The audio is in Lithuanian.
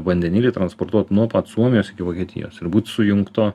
vandenilį transportuot nuo pat suomijos iki vokietijos ir būt sujungto